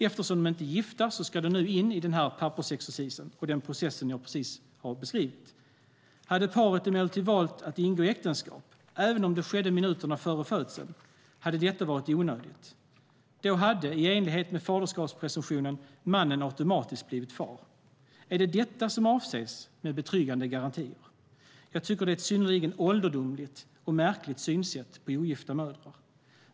Eftersom de inte är gifta ska de nu in i den pappersexercis och den procedur som jag precis har beskrivit. Hade paret emellertid valt att ingå äktenskap - även om detta skedde minuterna före födseln - hade detta varit onödigt. Då hade i enlighet med faderskapspresumtionen mannen automatiskt blivit fader. Är det detta som avses med "betryggande garantier"? Jag tycker att det är en synnerligen ålderdomlig och märklig syn på ogifta mödrar.